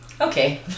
okay